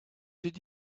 did